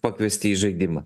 pakviesti į žaidimą